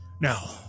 Now